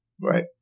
Right